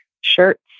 shirts